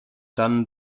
dann